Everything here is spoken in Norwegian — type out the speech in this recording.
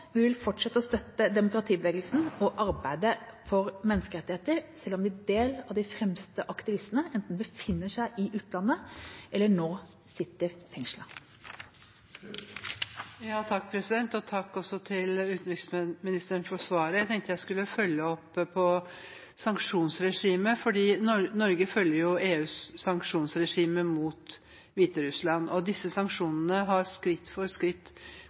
arbeidet for menneskerettigheter, selv om en del av de fremste aktivistene enten befinner seg i utlandet eller nå sitter fengslet. Takk til utenriksministeren for svaret. Jeg tenkte jeg skulle følge opp på sanksjonsregimet. Norge følger jo EUs sanksjonsregime mot Hviterussland, og disse sanksjonene har skritt for skritt